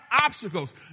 obstacles